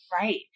Right